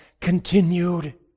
continued